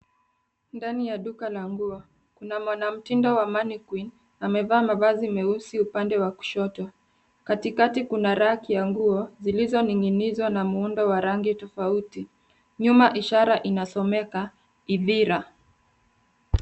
Ndani ya duka la nguo. Kuna mwanamtindo wa mannequin amevaa mavazi meusi upande wa kushoto. Katikati kuna raki ya nguo zilizoning'inizwa na muundo wa rangi tofauti. Nyuma ishara inasomeka ithira.